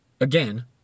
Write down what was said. again